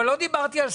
אני אענה.